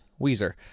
weezer